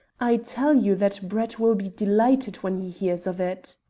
i tell you that brett will be delighted when he hears of it.